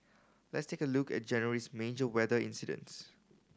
let's take a look at January's major weather incidents